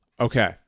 okay